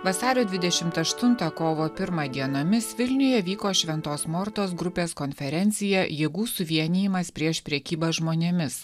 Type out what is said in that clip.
vasario dvidešimt aštuntą kovo pirmą dienomis vilniuje vyko šventos mortos grupės konferencija jėgų suvienijimas prieš prekybą žmonėmis